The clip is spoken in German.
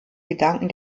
gedanken